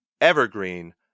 Evergreen